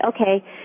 Okay